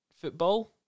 football